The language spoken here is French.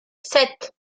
sept